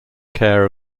care